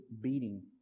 beating